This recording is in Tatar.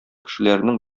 кешеләренең